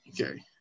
Okay